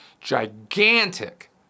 gigantic